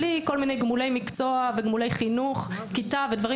בלי כל מיני גמולי מקצוע וגמולי חינוך כיתה ודברים